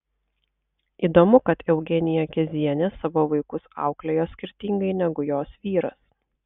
įdomu kad eugenija kezienė savo vaikus auklėjo skirtingai negu jos vyras